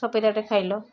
ପପିତାଟେ ଖାଇଲ